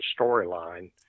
storyline